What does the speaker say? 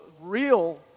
real